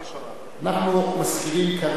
אנחנו מזכירים כרגע.